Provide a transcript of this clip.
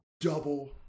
double